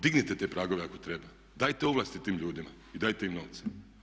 Dignite te pragove ako treba, dajte ovlasti tim ljudima i dajte im novce.